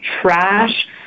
trash